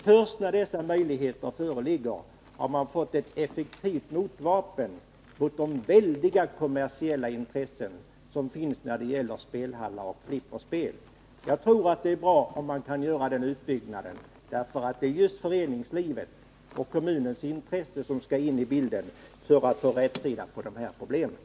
Först när dessa möjligheter föreligger har man fått ett effektivt motvapen mot de väldiga kommersiella intressen som finns när det gäller spelhallar och flipperspel. Jag tror att det är bra om man kan göra en sådan utbyggnad. Det är just föreningslivet och kommunens intresse som skall in i bilden för att man skall kunna få rätsida på det här problemet.